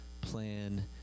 plan